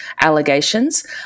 allegations